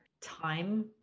time